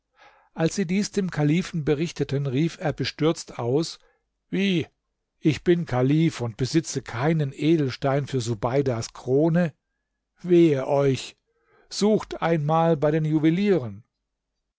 als sie dies dem kalifen berichteten rief er bestürzt aus wie ich bin kalif und besitze keinen edelstein für subeidas krone wehe euch sucht einmal bei den juwelieren